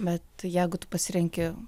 bet jeigu tu pasirenki